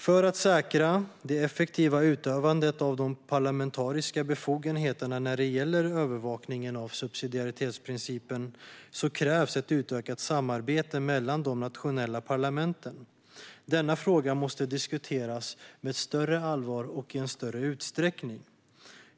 För att säkra det effektiva utövandet av de parlamentariska befogenheterna när det gäller övervakningen av subsidiaritetsprincipen krävs ett utökat samarbete mellan de nationella parlamenten. Denna fråga måste diskuteras med större allvar och i större utsträckning.